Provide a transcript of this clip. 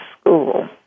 school